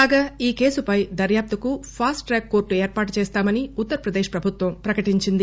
కాగా ఈ కేసుపై దర్యాప్పుకు ఫాస్ట్ ట్రాక్ కోర్లు ఏర్పాటు చేస్తామని ఉత్తర్ ప్రదేశ్ ప్రభుత్వం ప్రకటించింది